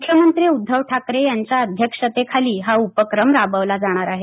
मुख्यमंत्री उद्धव ठाकरे यांच्या अध्यक्षतेखाली हा उपक्रम राबवला जाणार आहे